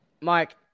Mike